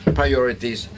priorities